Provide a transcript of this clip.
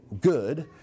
good